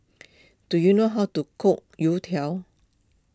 do you know how to cook Youtiao